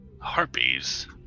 Harpies